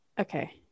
okay